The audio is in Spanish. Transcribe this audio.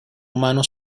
humano